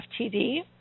FTD